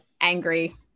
angry